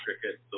cricket